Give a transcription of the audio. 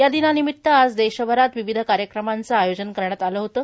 या दिनानिमित्त आज देशभरात विविध कार्यक्रमाचं आयोजन करण्यात आलं होतं